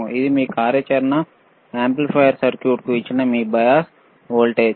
ఇది మీ operational amplifier సర్క్యూట్కు ఇచ్చిన మీ బయాస్ వోల్టేజ్